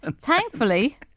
Thankfully